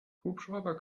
hubschrauber